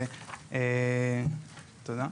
רגע.